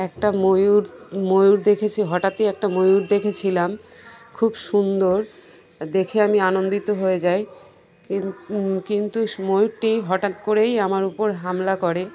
একটা ময়ূর ময়ূর দেখেছি হঠাৎই একটা ময়ূর দেখেছিলাম খুব সুন্দর দেখে আমি আনন্দিত হয়ে যাই কিন কিন্তু ময়ূরটি হঠাৎ করেই আমার উপর হামলা করে